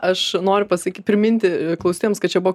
aš noriu pasakyt priminti klausytojams kad čia buvo